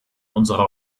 unserer